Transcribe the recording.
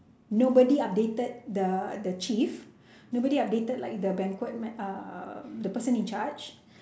nobody updated the the chief nobody updated like the banquet uh the person in charge